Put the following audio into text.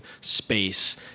space